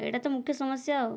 ଏଇଟା ତ ମୁଖ୍ୟ ସମସ୍ୟା ଆଉ